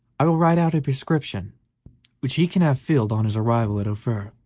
i will write out a prescription which he can have filled on his arrival at ophir,